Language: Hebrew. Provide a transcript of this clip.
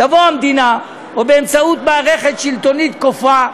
תבוא המדינה, או באמצעות מערכת שלטונית כופה,